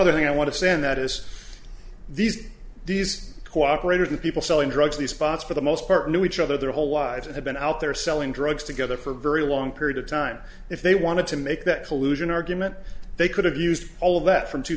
other thing i want to send that is these these cooperators and people selling drugs these spots for the most part knew each other their whole lives and have been out there selling drugs together for a very long period of time if they want to make that collusion argument they could have used all of that from two